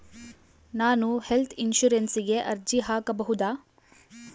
ನಾನು ಹೆಲ್ತ್ ಇನ್ಶೂರೆನ್ಸಿಗೆ ಅರ್ಜಿ ಹಾಕಬಹುದಾ?